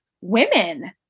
women